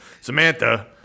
Samantha